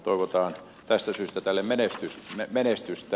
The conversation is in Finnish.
toivotaan tästä syystä tälle menestystä